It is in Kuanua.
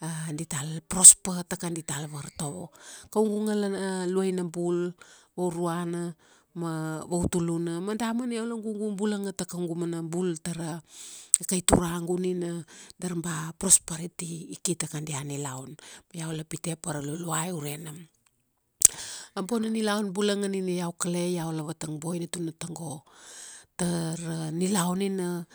a dital prosper ta kadital vartovo. Kaugu ngalana, a luaina bul, vauruana, ma vautuluna, ma damana iau la gugu bulanga ta kaugu mana bul tara kai turagu nina dar ba prosperity i ki ta kadia nilaun. Ma iau la pite pa ra Luluai ure nam. A bona nilaun bulanga nina iau kale iau la vatang boina tuna tago, tara nilaun nina